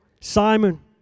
Simon